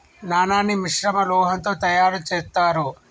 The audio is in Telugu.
నాణాన్ని మిశ్రమ లోహంతో తయారు చేత్తారు